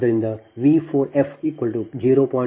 ಆದ್ದರಿಂದ V 4f 0